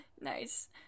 Nice